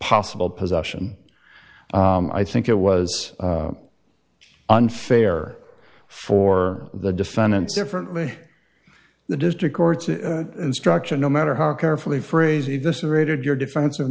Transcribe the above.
possible possession i think it was unfair for the defendants differently the district court's instruction no matter how carefully phrase it this aerated your defens